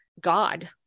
God